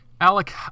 Alec